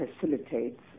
facilitates